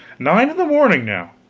nine in the morning now!